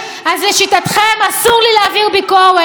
אז לשיטתכם אסור לי להעביר ביקורת.